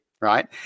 right